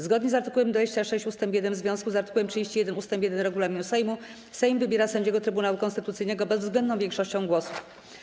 Zgodnie z art. 26 ust. 1 w związku z art. 31 ust. 1 regulaminu Sejmu Sejm wybiera sędziego Trybunału Konstytucyjnego bezwzględną większością głosów.